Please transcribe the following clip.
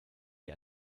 die